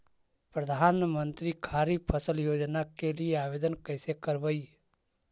प्रधानमंत्री खारिफ फ़सल योजना के लिए आवेदन कैसे करबइ?